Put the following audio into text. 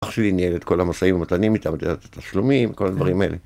אח שלי ניהל את כל המשאים ומתנים איתם, את יודעת, התשלומים, כל הדברים האלה.